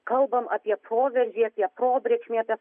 kalbam apie proveržį apie probrėkšmį apie